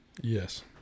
Yes